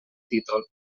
títol